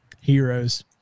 heroes